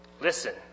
Listen